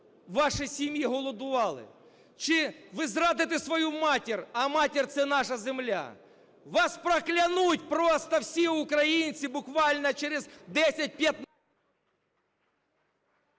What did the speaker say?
ваші сім'ї голодували? Чи ви зрадите свою матір, а матір – це наша земля? Вас проклянуть просто всі українці, буквально, через 20, 15…